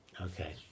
Okay